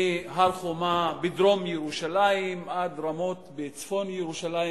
מהר-חומה בדרום ירושלים ועד רמות בצפון ירושלים,